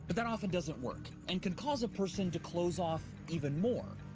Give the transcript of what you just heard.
but that often doesn't work and can cause a person to close off even more.